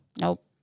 Nope